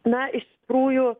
na iš tikrųjų